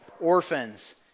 orphans